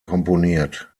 komponiert